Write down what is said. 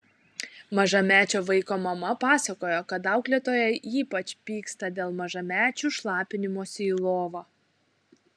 mažamečio vaiko mama pasakojo kad auklėtoja ypač pyksta dėl mažamečių šlapinimosi į lovą